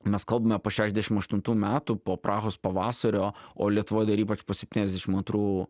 mes kalbame po šešdešim aštuntų metų po prahos pavasario o lietuvoj dar ypač po septyniasdešim antrų